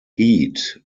heat